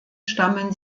stammen